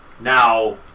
Now